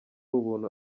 ubuntu